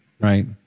right